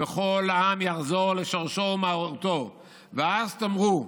וכל העם יחזור לשורשו ומהותו, ואז תאמרו: